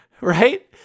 Right